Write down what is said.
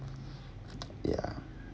yeah